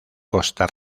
costa